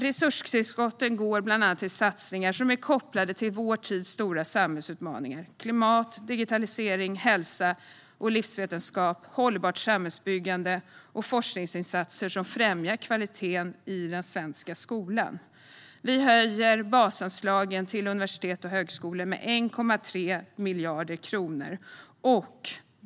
Resurstillskotten går bland annat till satsningar som är kopplade till vår tids stora samhällsutmaningar: klimat, digitalisering, hälsa och livsvetenskap, hållbart samhällsbyggande och forskningsinsatser som främjar kvaliteten i den svenska skolan. Vi höjer basanslagen till universitet och högskolor med 1,3 miljarder kronor.